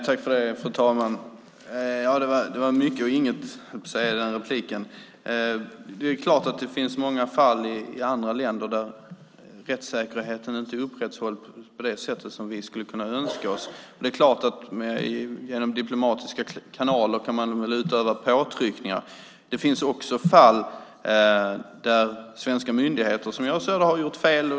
Fru talman! Det var mycket och inget i den repliken, höll jag på att säga. Det är klart att det finns många fall i andra länder där rättssäkerheten inte upprätthålls på det sätt vi skulle önska. Genom diplomatiska kanaler kan man väl utöva påtryckningar. Det finns också fall där svenska myndigheter har gjort fel.